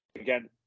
Again